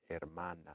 Hermana